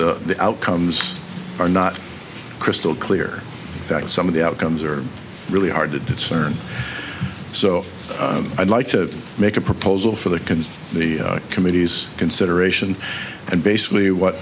because the outcomes are not crystal clear that some of the outcomes are really hard to discern so i'd like to make a proposal for the can the committees consideration and basically what